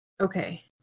Okay